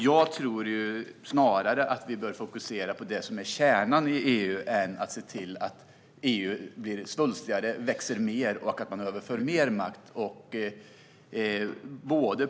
Jag tror att vi snarare bör fokusera på det som är kärnan i EU än att se till att EU blir svulstigare och växer mer och att man överför mer makt.